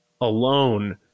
alone